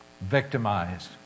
victimized